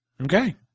Okay